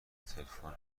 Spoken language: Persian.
تلفن